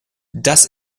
das